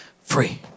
free